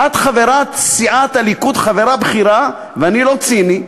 את חברת סיעת הליכוד, חברה בכירה, ואני לא ציני,